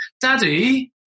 daddy